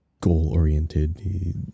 goal-oriented